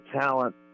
talent